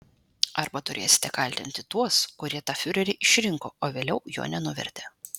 arba turėsite kaltinti tuos kurie tą fiurerį išrinko o vėliau jo nenuvertė